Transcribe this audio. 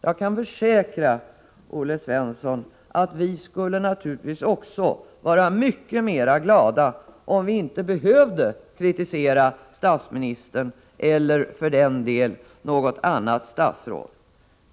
Jag kan försäkra Olle Svensson att vi skulle vara mycket gladare om vi inte behövde kritisera statsministern eller något annat statsråd.